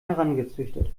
herangezüchtet